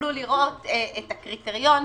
שתוכלו לראות את הקריטריון,